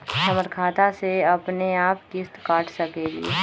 हमर खाता से अपनेआप किस्त काट सकेली?